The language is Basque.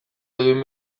egin